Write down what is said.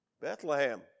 Bethlehem